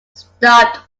stopped